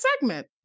segment